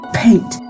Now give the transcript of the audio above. paint